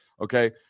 Okay